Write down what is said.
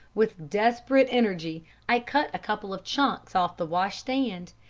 with desperate energy i cut a couple of chunks off the washstand,